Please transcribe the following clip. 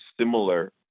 similar